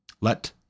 let